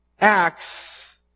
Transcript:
Acts